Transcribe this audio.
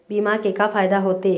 बीमा के का फायदा होते?